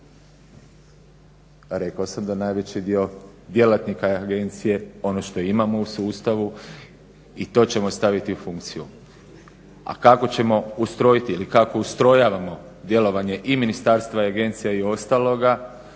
Rekao sam da najveći dio djelatnika agencije, ono što imamo u sustavu, i to ćemo staviti u funkciju. A kako ćemo ustrojiti ili kako ustrojavamo djelovanje i ministarstva i agencije i ostaloga